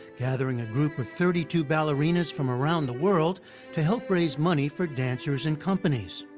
gathering a group of thirty two ballerinas from around the world to help raise money for dancers and companies.